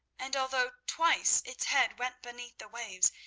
and although twice its head went beneath the waves,